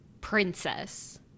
princess